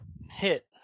hit